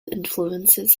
influences